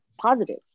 positive